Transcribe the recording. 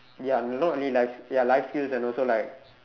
ya not not really life ya life skills and also like